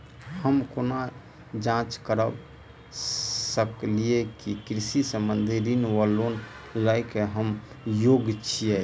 हम केना जाँच करऽ सकलिये की कृषि संबंधी ऋण वा लोन लय केँ हम योग्य छीयै?